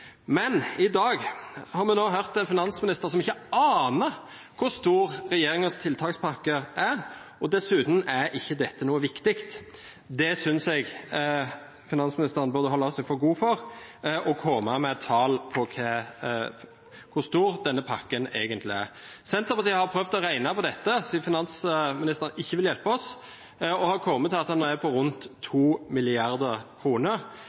Men i dag har vi hørt en finansminister som ikke aner hvor stor regjeringens tiltakspakke er, og dessuten er ikke dette noe viktig. Det synes jeg finansministeren burde holde seg for god for og komme med et tall på hvor stor denne pakken egentlig er. Senterpartiet har prøvd å regne på dette, siden finansministeren ikke vil hjelpe oss, og har kommet til at den er på rundt